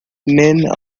men